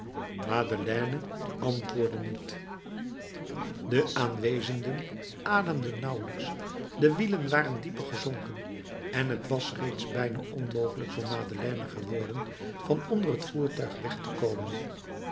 madeleine antwoordde niet de aanwezenden ademden nauwelijks de wielen waren dieper gezonken en t was reeds bijna onmogelijk voor madeleine geworden van onder het voertuig weg te komen